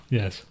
yes